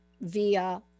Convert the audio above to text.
via